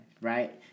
right